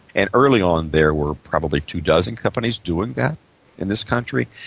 and early on there were probably two dozen companies doing that in this country.